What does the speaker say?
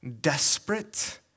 desperate